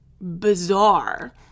bizarre